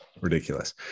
ridiculous